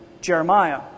Jeremiah